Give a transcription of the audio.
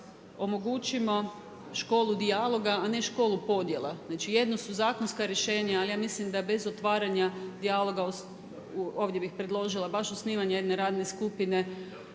da omogućimo školu dijaloga, a ne školu podjela. Znači jedno su zakonska rješenja, ali ja mislim da bez otvaranja dijaloga ovdje bih predložila baš osnivanje jedne radne skupine